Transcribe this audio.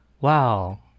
wow